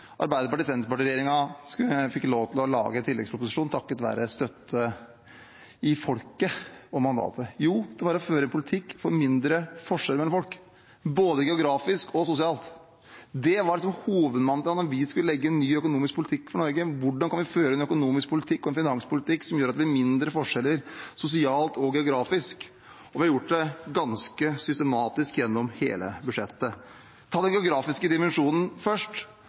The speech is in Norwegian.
fikk lov til å lage en tilleggsproposisjon, takket være støtte i folket og mandatet det ga? Jo, det var å føre politikk for mindre forskjeller mellom folk, både geografisk og sosialt. Det var hovedmantraet da vi skulle legge en ny økonomisk politikk for Norge: Hvordan kan vi føre en økonomisk politikk og en finanspolitikk som gjør at det blir mindre forskjeller sosialt og geografisk? Og vi har gjort det ganske systematisk gjennom hele budsjettet. La meg først ta den geografiske dimensjonen,